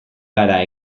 gara